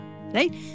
Right